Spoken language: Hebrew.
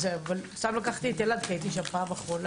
סתם לקחתי את אלעד כי הייתי שם בפעם האחרונה.